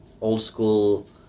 old-school